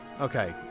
Okay